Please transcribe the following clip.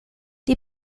die